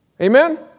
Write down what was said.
Amen